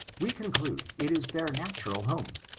we conclude it is their natural home.